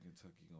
Kentucky